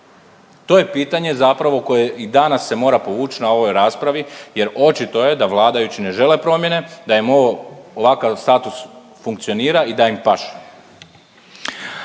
To je pitanje zapravo koje i danas se mora povući na ovoj raspravi jer očito je da vladajući ne žele promjene, da im ovo, ovakav status funkcionira i da im paše.